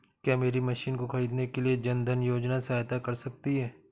क्या मेरी मशीन को ख़रीदने के लिए जन धन योजना सहायता कर सकती है?